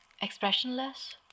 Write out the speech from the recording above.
Expressionless